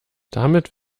damit